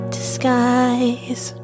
disguise